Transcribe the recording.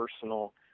personal